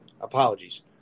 Apologies